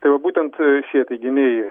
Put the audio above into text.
tai va būtent šie teiginiai